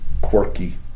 quirky